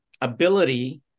ability